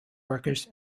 workers